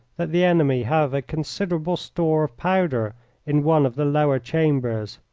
that the enemy have a considerable store of powder in one of the lower chambers.